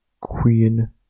queen